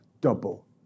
double